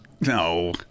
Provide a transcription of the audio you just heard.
No